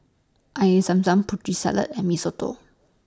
Air Zam Zam Putri Salad and Mee Soto